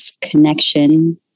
connection